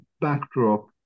backdrop